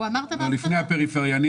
החיים שלהם בפריפריה.